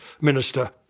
Minister